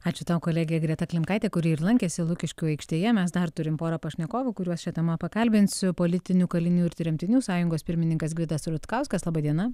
ačiū tau kolegė greta klimkaitė kuri ir lankėsi lukiškių aikštėje mes dar turim porą pašnekovų kuriuos šia tema pakalbinsiu politinių kalinių ir tremtinių sąjungos pirmininkas gvidas rutkauskas laba diena